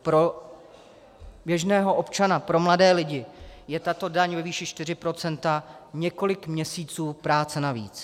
Pro běžného občana, pro mladé lidi je tato daň ve výši 4 procenta několik měsíců práce navíc.